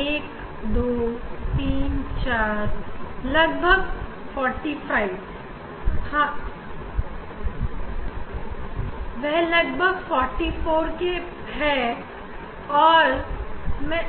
इसे बड़ी सावधानी से 1234 44 धीरे धीरे गिनते हुए